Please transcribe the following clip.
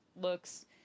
looks